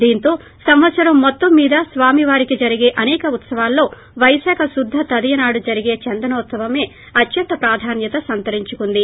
దీంతో సంవత్సరం మొత్తం మీద స్వామి వారికి జరిగే అసేక ఉత్సవాల్లో వైశాఖ శుద్ద తదియ నాడు జరిగే చందనోత్సమే అత్యంత ప్రాధాన్వత సంతరించుకుంది